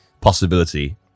possibility